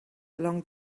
along